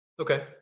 Okay